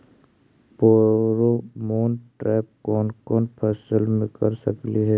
Pheromone trap कोन कोन फसल मे कर सकली हे?